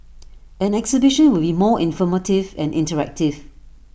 an exhibition would be more informative and interactive